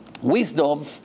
Wisdom